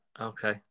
okay